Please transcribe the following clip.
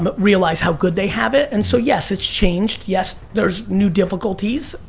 um realize how good they have it. and so yes, it's changed, yes, there's new difficulties,